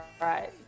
right